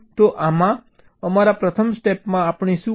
તો અમારા પ્રથમ સ્ટેપમાં આપણે શું કરીએ